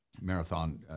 Marathon